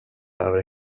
över